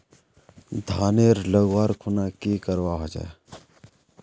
धानेर लगवार खुना की करवा होचे?